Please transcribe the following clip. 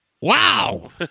Wow